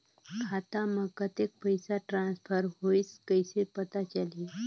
खाता म कतेक पइसा ट्रांसफर होईस कइसे पता चलही?